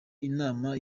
inama